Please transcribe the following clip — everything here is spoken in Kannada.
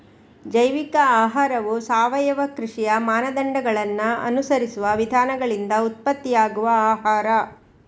ಜೈವಿಕ ಆಹಾರವು ಸಾವಯವ ಕೃಷಿಯ ಮಾನದಂಡಗಳನ್ನ ಅನುಸರಿಸುವ ವಿಧಾನಗಳಿಂದ ಉತ್ಪತ್ತಿಯಾಗುವ ಆಹಾರ